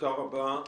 תודה רבה.